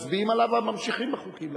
מצביעים עליו ואז ממשיכים בחוקים.